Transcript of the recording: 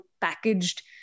packaged